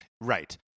right